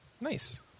Nice